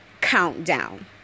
countdown